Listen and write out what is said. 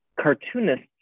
cartoonists